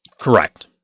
Correct